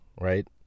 Right